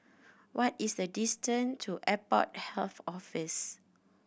what is the distance to Airport Health Office